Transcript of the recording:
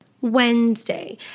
Wednesday